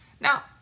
now